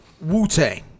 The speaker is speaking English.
wu-tang